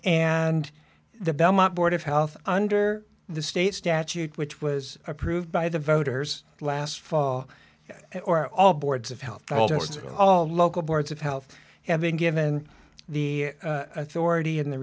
and the belmont board of health under the state statute which was approved by the voters last fall or all boards of health all just all local boards of health have been given the authority and the